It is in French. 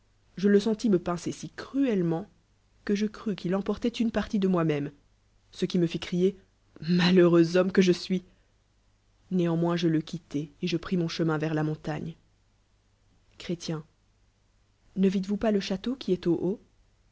je le sentis me pincer si cruelliment que je crus qu'il emportait une partie de moi m ême ce qui w fit crier malbeureux homme que je wis néanmoins je le quittai et je pris mon chemin vers la montagne chréi nu vites vous pas le château qui est au haut